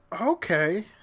Okay